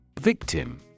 Victim